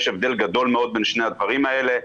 יש הבדל גדול מאוד בין שני הדברים האלה.